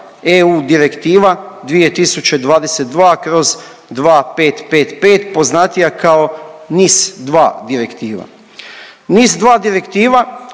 EU Direktiva 2022/2555, poznatija kao NIS-2 direktiva. NIS-2 direktiva